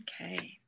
okay